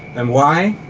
and why?